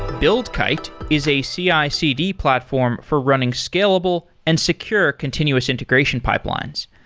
buildkite is a cicd platform for running scalable and secure continuous integration pipelines.